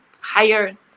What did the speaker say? higher